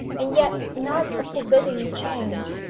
and yet not a forbidding change.